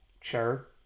sure